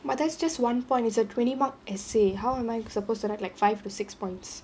but that's just one point is a twenty mark essay how am I supposed to write like five to six points